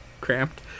cramped